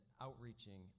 outreaching